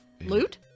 Loot